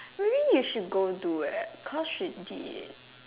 maybe you should go do eh cause she did